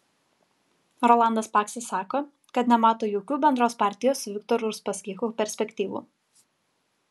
rolandas paksas sako kad nemato jokių bendros partijos su viktoru uspaskichu perspektyvų